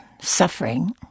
suffering